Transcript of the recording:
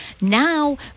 Now